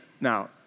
Now